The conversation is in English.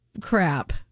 Crap